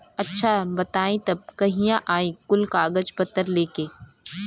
अच्छा बताई तब कहिया आई कुल कागज पतर लेके?